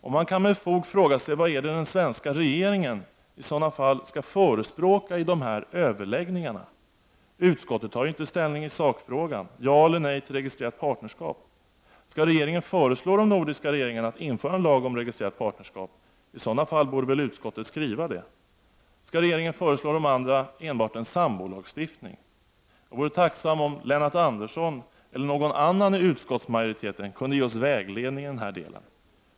Och man kan med fog fråga sig vad det är den svenska regeringen i sådana fall skall förespråka i dessa överläggningar. Utskottet tar ju inte ställning i sakfrågan — ja eller nej till registrerat partnerskap. Skall regeringen föreslå de nordiska regeringarna att införa en lag om registrerat partnerskap? I så fall borde väl utskottet skriva detta. Skall regeringen föreslå de andra enbart en sambolagstiftning? Jag vore tacksam om Lennart Andersson eller någon annan i utskottsmajoriteten kunde ge oss vägledning i dessa avseenden.